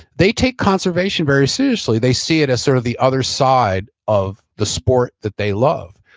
they take conservation very seriously. they see it as sort of the other side of the sport that they love,